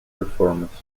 performances